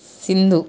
Sindhu